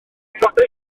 cyfnodau